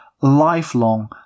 lifelong